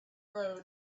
road